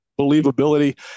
believability